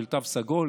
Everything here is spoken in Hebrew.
של התו הסגול.